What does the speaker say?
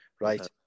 Right